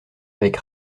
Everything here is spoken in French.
avec